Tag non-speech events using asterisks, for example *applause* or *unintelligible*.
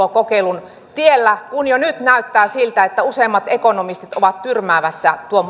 tällä osittaisen perustulokokeilun tiellä kun jo nyt näyttää siltä että useimmat ekonomistit ovat tyrmäämässä tuon *unintelligible*